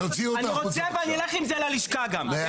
אני רוצה ואני אלך עם זה ללשכה גם.